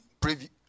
preview